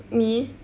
me